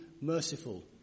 merciful